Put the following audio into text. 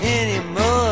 anymore